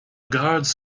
guards